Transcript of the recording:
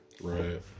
Right